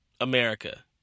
America